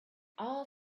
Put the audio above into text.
all